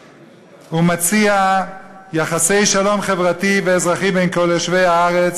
ומציע יחסי שלום חברתי ואזרחי בין כל יושבי הארץ.